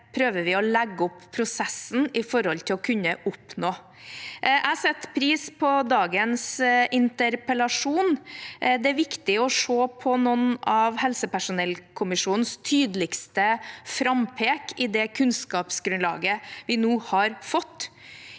prøver å legge opp prosessen slik at vi kan oppnå det. Jeg setter pris på dagens interpellasjon. Det er viktig å se på noen av helsepersonellkommisjonens tydeligste frampek i det kunnskapsgrunnlaget vi nå har fått.